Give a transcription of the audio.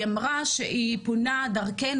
היא אמרה שהיא פונה דרכנו,